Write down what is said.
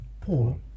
Paul